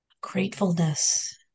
gratefulness